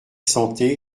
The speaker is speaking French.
santé